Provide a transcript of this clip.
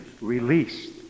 released